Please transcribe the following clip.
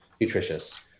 nutritious